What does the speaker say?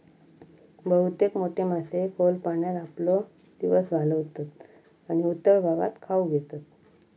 बहुतेक मोठे मासे खोल पाण्यात आपलो दिवस घालवतत आणि उथळ भागात खाऊक येतत